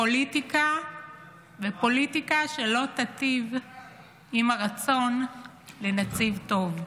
פוליטיקה שלא תטיב עם הרצון לנציג טוב.